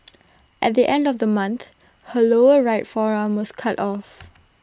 at the end of the month her lower right forearm was cut off